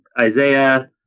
Isaiah